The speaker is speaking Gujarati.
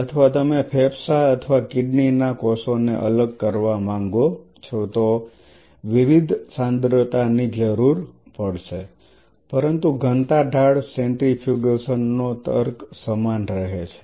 અથવા તમે ફેફસાં અથવા કિડનીના કોષોને અલગ કરવા માંગો છો તો વિવિધ સાંદ્રતાની જરૂર પડશે પરંતુ ઘનતા ઢાળ સેન્ટ્રીફ્યુગેશન નો તર્ક સમાન રહે છે